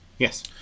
Yes